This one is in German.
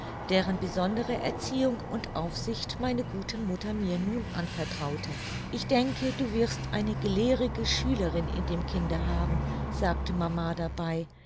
deren besondere erziehung und aufsicht meine gute mutter mir nun anvertraute ich denke du wirst eine gelehrige schülerin in dem kinde haben sagte mama dabei